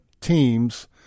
teams